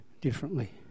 differently